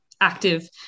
active